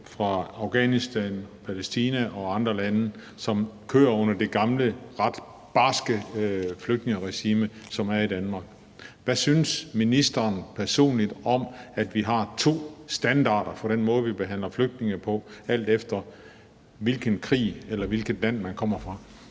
fra Afghanistan, Palæstina og andre lande, som kører under det gamle, ret barske flygtningeregime, som er i Danmark? Hvad synes ministeren personligt om, at vi har to standarder for den måde, vi behandler flygtninge på, alt efter hvilken krig eller hvilket land man kommer fra?